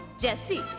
Jesse